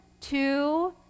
two